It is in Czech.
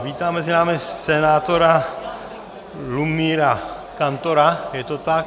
Vítám mezi námi senátora Lumíra Kantora, je to tak?